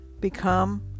become